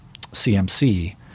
cmc